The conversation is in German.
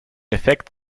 effekt